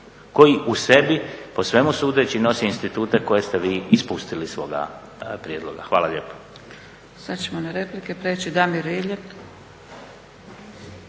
Koji u sebi po svemu sudeći nosi institute koje ste vi ispustili iz svoga prijedloga. Hvala lijepo.